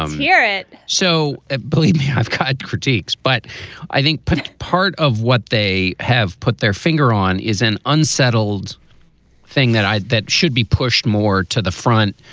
um hear it so believe me, i've had critiques. but i think part of what they have put their finger on is an unsettled thing that i that should be pushed more to the front,